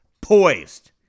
poised